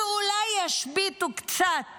שאולי ישביתו קצת